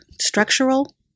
structural